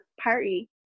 party